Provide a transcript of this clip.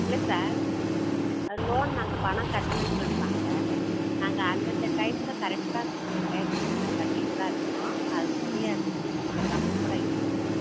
இல்லை sir loan நாங்கள் பணம் கட்டலன்னு சொல்றாங்க நாங்கள் அந்தந்த டயத்தில் கரெக்டாக சொன்ன டயத்தில் நாங்கள் கட்டிகிட்டு தான் இருக்கிறோம் அதுக்குரிய அந்த சீட்டு இது எல்லாமே கூட இருக்குது